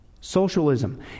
socialism